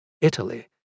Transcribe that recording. Italy